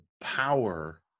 power